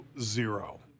zero